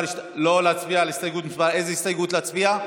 על איזו הסתייגות להצביע?